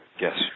Yes